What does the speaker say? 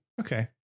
Okay